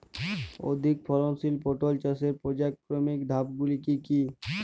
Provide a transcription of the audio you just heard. অধিক ফলনশীল পটল চাষের পর্যায়ক্রমিক ধাপগুলি কি কি?